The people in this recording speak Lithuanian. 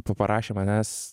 paprašė manęs